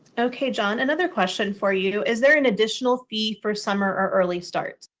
okay, john. another question for you. is there an additional fee for summer or early start?